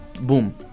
boom